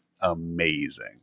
amazing